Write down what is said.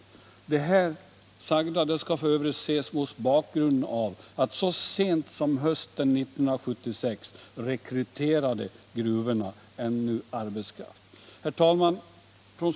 Det sagda skall f. ö. ses mot bakgrunden av att så sent som hösten 1976 rekryterade gruvorna ännu arbetskraft!